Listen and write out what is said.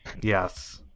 Yes